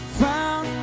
found